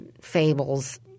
fables